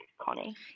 Connie